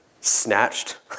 snatched